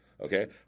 Okay